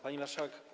Pani Marszałek!